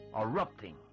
erupting